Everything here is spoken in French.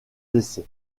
décès